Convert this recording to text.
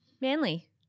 Manly